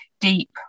deep